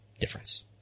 difference